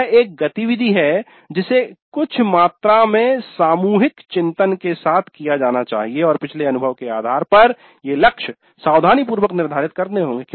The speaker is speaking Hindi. यह एक गतिविधि है जिसे कुछ मात्रा में सामूहिक चिंतन के साथ किया जाना चाहिए और पिछले अनुभव के आधार पर ये लक्ष्य सावधानीपूर्वक निर्धारित करने होंगे